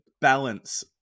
balance